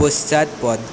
পশ্চাৎপদ